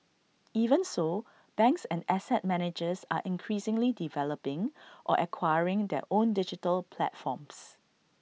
even so banks and asset managers are increasingly developing or acquiring their own digital platforms